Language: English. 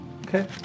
Okay